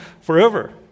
forever